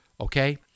Okay